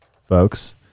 folks